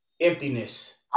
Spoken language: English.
emptiness